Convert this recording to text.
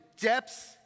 depths